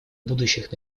будущих